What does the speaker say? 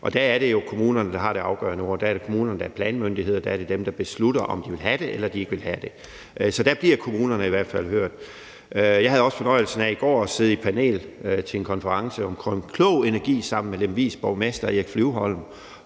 Der er det jo kommunerne, der har det afgørende ord, der er det kommunerne, der er planmyndighed, og der er det dem, der beslutter, om de vil have det eller de ikke vil have det. Så der bliver kommunerne i hvert fald hørt. Jeg havde i går også fornøjelsen af at sidde i panel til en konference om klog energi sammen med Lemvigs borgmester, Erik Flyvholm,